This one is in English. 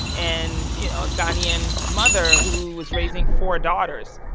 and you know, a ghanaian mother, who was raising four daughters,